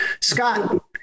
Scott